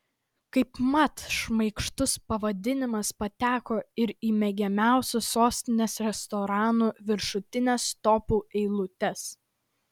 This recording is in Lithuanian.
kaip mat šmaikštus pavadinimas pateko ir į mėgiamiausių sostinės restoranų viršutines topų eilutes